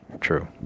true